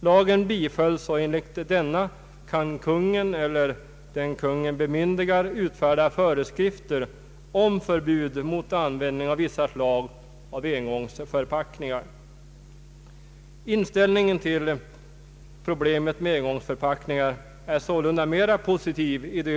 Lagen bifölls, och enligt denna kan i Norge Kungl. Maj:t eller den Kungl. Maj:t bemyndigar utfärda föreskrifter om förbud mot användning av vissa slag av engångsförpackningar. Inställningen till problemet med engångsförpackningar är sålunda mera positiv i de